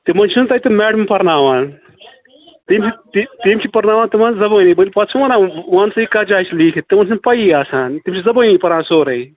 تِمَن چھِنہٕ تَتہِ میڈَم پَرناوان تہِ تِم چھِ پرناوان تِمَن زَبٲنی بٔلۍ پَتہٕ چھِنا وَنان وَنسا یہِ کَتھ جایہِ چھُ لیٖکھِتھ تِمَن چھَنہٕ پَیی آسان تِم چھِ زَبٲنی پَران سورُے